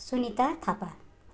Sunita Thapa